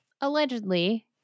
allegedly